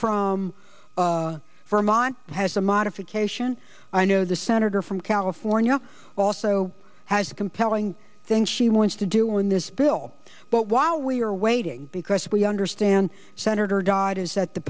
from vermont has a modification i know the senator from california also has compelling things she wants to do in this bill but while we are waiting because we understand senator dodd is that the